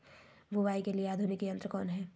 बुवाई के लिए आधुनिक यंत्र कौन हैय?